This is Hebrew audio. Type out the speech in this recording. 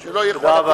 תודה רבה.